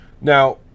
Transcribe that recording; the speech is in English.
now